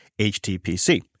HTPC